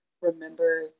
Remember